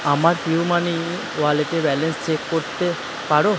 আমার পিউমানি ওয়ালেটে balance check করতে পারো